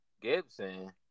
Gibson